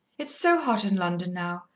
it's so hot in london now.